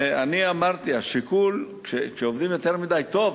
אני אמרתי, כשעובדים יותר מדי טוב,